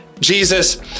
Jesus